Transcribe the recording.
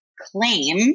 claim